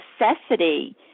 necessity